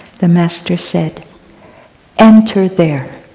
the master said enter there.